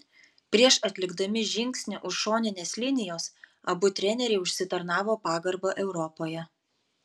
prieš atlikdami žingsnį už šoninės linijos abu treneriai užsitarnavo pagarbą europoje